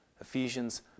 Ephesians